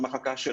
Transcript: אם מחלקתו תיסגר.